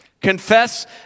Confess